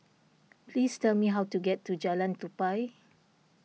please tell me how to get to Jalan Tupai